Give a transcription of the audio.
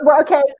okay